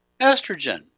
estrogen